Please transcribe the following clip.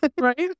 Right